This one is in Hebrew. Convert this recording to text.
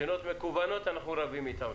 בחינות מקוונות אנחנו רבים אותם,